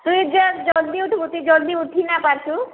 ତୁଇ ଜଲ୍ଦି ଉଠିବୁ ତୁଇ ଜଲ୍ଦି ଉଠି ନା ପାରସୁଁ